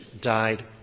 died